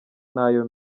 n’ayo